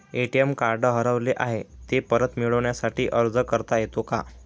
ATM card हरवले आहे, ते परत मिळण्यासाठी अर्ज करता येतो का?